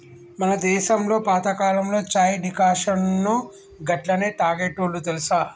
మన దేసంలో పాతకాలంలో చాయ్ డికాషన్ను గట్లనే తాగేటోల్లు తెలుసా